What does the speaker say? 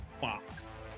fox